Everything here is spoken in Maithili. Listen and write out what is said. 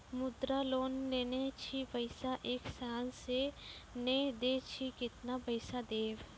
मुद्रा लोन लेने छी पैसा एक साल से ने देने छी केतना पैसा देब?